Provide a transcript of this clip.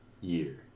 year